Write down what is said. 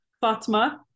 Fatma